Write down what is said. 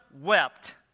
wept